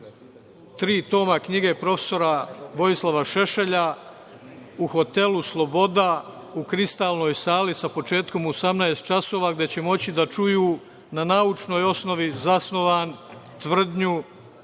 tri toma knjige profesora Vojislava Šešelja u hotelu „Sloboda“ u Kristalnoj sali, sa početkom u 18,00 časova gde će moći da čuju na naučnoj osnovi zasnovanu tvrdnju,